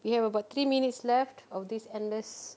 we have about three minutes left of this endless